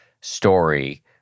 story